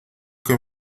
que